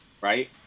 Right